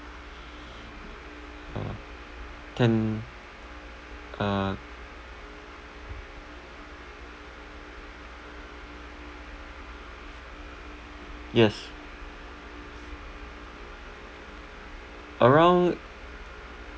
(uh huh) can uh yes around